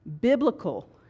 biblical